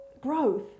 growth